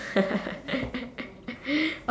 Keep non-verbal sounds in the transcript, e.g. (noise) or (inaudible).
(laughs)